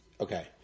Okay